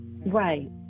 right